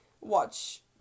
watch